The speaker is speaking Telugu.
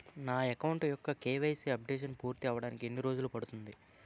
నా అకౌంట్ యెక్క కే.వై.సీ అప్డేషన్ పూర్తి అవ్వడానికి ఎన్ని రోజులు పడుతుంది?